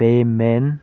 payment